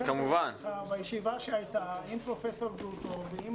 בישיבה שהייתה עם פרופסור גרוטו ועם